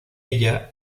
ella